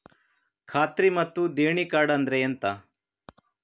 ಖಾತ್ರಿ ಮತ್ತೆ ದೇಣಿ ಕಾರ್ಡ್ ಅಂದ್ರೆ ಎಂತ?